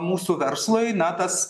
mūsų verslui na tas